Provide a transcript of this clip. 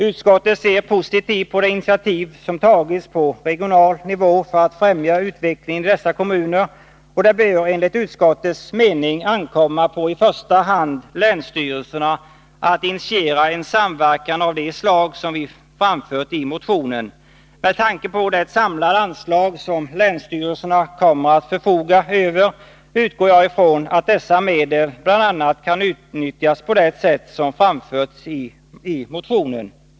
Utskottet ser positivt på de initiativ som tagits på regional nivå för att främja utvecklingen i dessa kommuner. Det bör enligt utskottets mening i första hand ankomma på länsstyrelserna att initiera en samverkan av det slag som anges i motionen. Med tanke på det samlade anslag som länsstyrelserna kommer att förfoga över utgår jag från att dessa medel kan utnyttjas bl.a. på det sätt som anges i motionen.